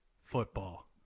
football